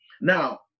Now